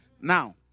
Now